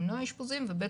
למנוע אשפוזים ו-ב',